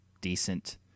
decent